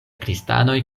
kristanoj